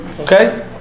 Okay